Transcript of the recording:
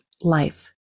life